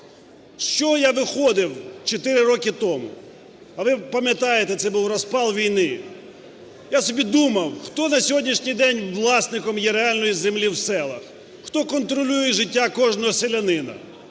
З чого я виходив чотири роки тому? А ви пам'ятаєте, це був розпал війни. Я собі думав: хто на сьогоднішній день власником є реальної землі в селах, хто контролює життя кожного селянина?